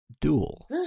duel